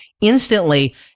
Instantly